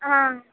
आ